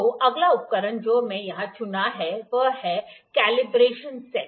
तो अगला उपकरण जो मैंने यहां चुना है वह है कॉन्बिनेशन सेट